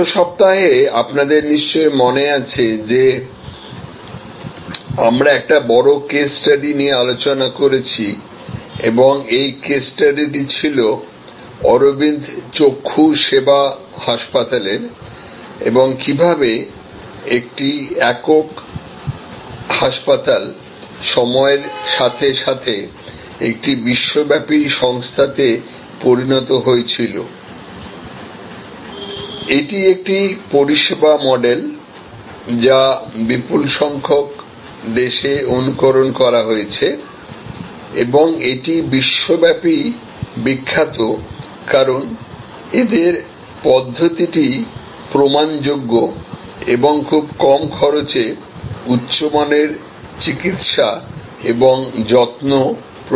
গত সপ্তাহে আপনাদের নিশ্চয়ই মনে আছে যে আমরা একটি বড় কেস স্টাডি নিয়ে আলোচনা করেছি এবং এই কেস স্টাডিটি ছিল অরবিন্দ চক্ষু সেবা হাসপাতালের এবং কীভাবে একটি একক হাসপাতাল সময়ের সাথে সাথে একটি বিশ্ববাপি সংস্থাতে পরিণত হয়েছিল এটি একটি পরিষেবা মডেল যা বিপুল সংখক দেশে অনুকরণ করা হয়েছে এবং এটি বিশ্বব্যাপী বিখ্যাত কারণ এদের পদ্ধতিটি প্রমাণযোগ্য এবং খুব কম খরচে উচ্চমানের চিকিৎসা এবং যত্ন প্রদান করে